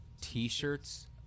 T-shirts